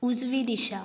उजवी दिशा